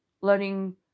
learning